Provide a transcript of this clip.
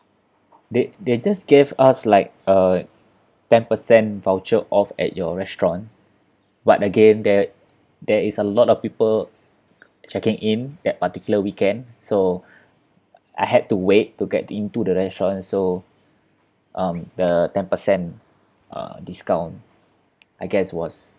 they they just gave us like a ten percent voucher off at your restaurant but again that there is a lot of people checking in that particular weekend so I had to wait to get into the restaurant so um the ten percent uh discount I guess was